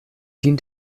dient